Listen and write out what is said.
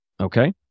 Okay